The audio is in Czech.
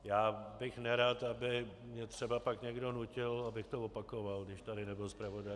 Já bych nerad, aby mě třeba pak někdo nutil, abych to opakoval, když tady nebyl zpravodaj.